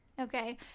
okay